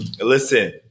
Listen